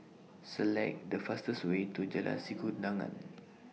Select The fastest Way to Jalan Sikudangan